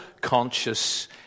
conscious